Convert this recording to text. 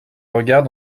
regarde